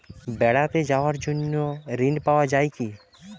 বেড়াতে যাওয়ার জন্য ঋণ পাওয়া যায় কি?